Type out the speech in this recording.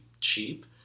cheap